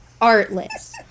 artless